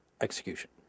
execution